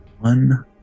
One